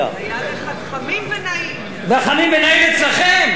חמים ונעים אצלכם.